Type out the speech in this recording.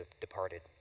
departed